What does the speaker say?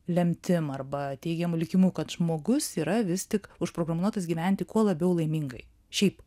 lemtim arba teigiamu likimu kad žmogus yra vis tik užprogramuotas gyventi kuo labiau laimingai šiaip